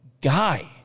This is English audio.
guy